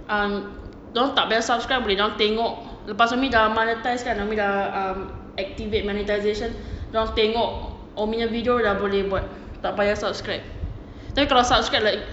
um dia orang tak payah subscribe boleh dia orang tengok lepas umi dah monetize kan mummy dah um activate monetization dia orang tengok umi punya video dah boleh buat tak payah subscribe dia kalau subcribe like